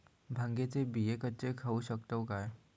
भांगे चे बियो कच्चे खाऊ शकताव काय?